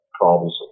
problems